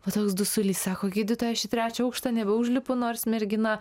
va toks dusulys sako gydytoja aš į trečią aukštą nebeužlipu nors mergina